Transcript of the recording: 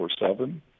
24-7